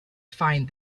find